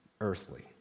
earthly